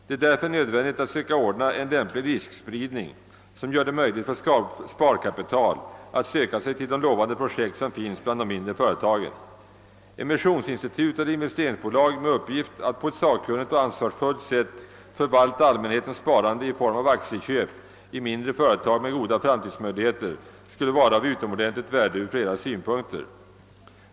Det är därför nödvändigt att söka åstadkomma en lämplig riskspridning, som gör det möjligt för sparkapital att söka sig till de lovande projekt som finns bland de mindre företagen. Emissionsinstitut eller investeringsbolag med uppgift att på ett sakkunnigt och ansvarsfullt sätt förvalta allmänhetens sparande i form av aktieköp i mindre företag med goda framtidsmöjligheter skulle ur flera synpunkter vara av utomordentligt värde.